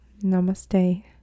namaste